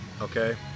Okay